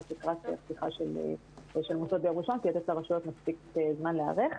כדי לתת לרשויות מספיק זמן להיערך.